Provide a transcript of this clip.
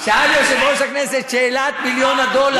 שאל יושב-ראש הכנסת את שאלת מיליון הדולר.